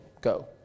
go